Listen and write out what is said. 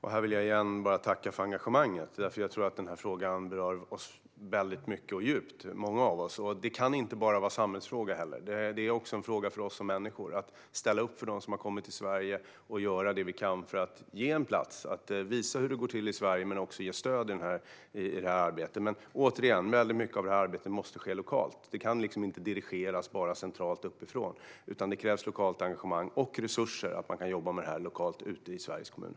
Herr talman! Här vill jag igen tacka för engagemanget. Denna fråga berör många av oss mycket och djupt. Det här kan inte heller bara vara en fråga för samhället, utan det här är också en fråga för oss som människor. Det handlar om att ställa upp för dem som har kommit till Sverige och göra det vi kan för att ge en plats, visa hur det går till i Sverige och ge stöd i arbetet. Mycket av detta arbete måste ske lokalt. Det kan inte dirigeras centralt uppifrån. Det krävs lokalt engagemang och resurser ute i Sveriges kommuner.